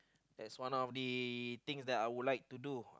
that's one of the thing I would like to do